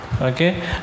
okay